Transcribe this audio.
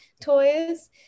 toys